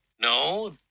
No